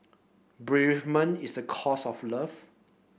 bereavement is a cost of love